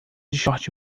short